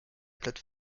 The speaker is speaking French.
plate